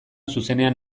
zuzenean